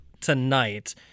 tonight